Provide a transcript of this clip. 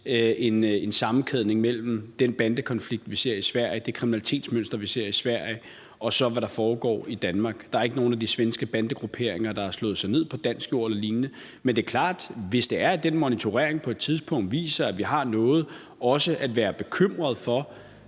en sammenkædning mellem den bandekonflikt, vi ser i Sverige, det kriminalitetsmønster, vi ser i Sverige, og så, hvad der foregår i Danmark. Der er ikke nogen af de svenske bandegrupperinger, der har slået sig ned på dansk jord eller lignende, men det er klart, at hvis den monitorering på et tidspunkt viser, at vi har noget at være bekymret for,